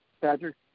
patrick